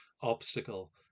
obstacle